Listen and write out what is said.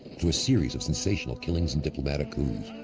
through a series of sensational killings and diplomatic coups.